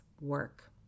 work